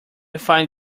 find